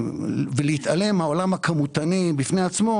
ולהתעלם מהעולם הכמותני בפני עצמו,